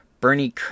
Bernie